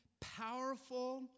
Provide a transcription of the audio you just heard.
powerful